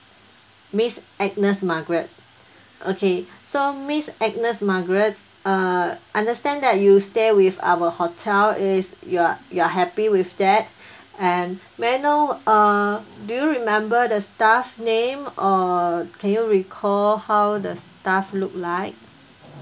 miss agnes margaret okay so miss agnes margaret uh understand that you stay with our hotel is you're you're happy with that and may I know uh do you remember the staff name uh can you recall how the staff looked like